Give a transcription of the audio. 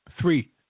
three